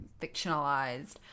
fictionalized